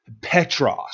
Petros